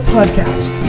Podcast